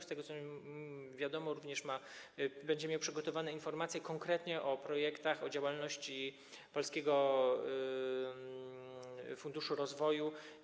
Z tego, co mi wiadomo, będzie miał przygotowane informacje konkretnie o projektach, o działalności Polskiego Funduszu Rozwoju.